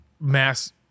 mass